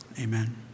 Amen